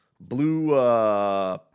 blue